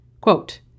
Quote